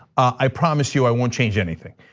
i promise you, i won't change anything.